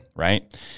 Right